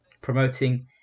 promoting